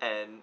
and